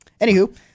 Anywho